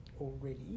already